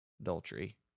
adultery